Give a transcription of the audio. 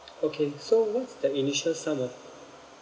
okay so what's the initial sum of